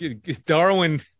Darwin